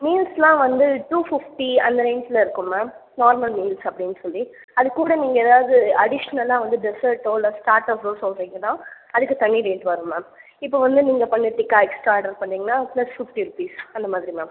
மீல்ஸ்லாம் வந்து two fifty அந்த ரேஞ்சில் இருக்கும் மேம் நார்மல் மீல்ஸ் அப்படின்னு சொல்லி அதுக்கூட நீங்கள் எதாவது அடிஷ்னலாக வந்து டெசர்ட்டோ இல்லை ஸ்டார்ட்டர்ஸோ சொல்றீங்கன்னா அதுக்கு தனி ரேட் வரும் மேம் இப்போ வந்து நீங்கள் பன்னீர் டிக்கா எக்ஸ்ட்ரா ஆர்டர் பண்ணிங்கன்னா ப்ளஸ் ஃபிஃப்டி ரூபீஸ் அந்த மாதிரி மேம்